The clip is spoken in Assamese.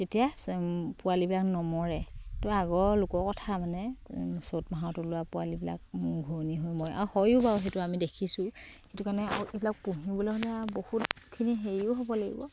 তেতিয়া পোৱালিবিলাক নমৰে তো আগৰ লোকৰ কথা মানে চ'ত মাহত ওলোৱা পোৱালিবিলাক মূৰ ঘোৰণি হৈ মই আও হয়ো বাৰু সেইটো আমি দেখিছোঁ সেইটো কাৰণে এইবিলাক পুহিবলৈ হ'লে বহুতখিনি হেৰিও হ'ব লাগিব